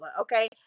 Okay